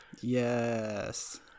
Yes